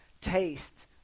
taste